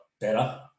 better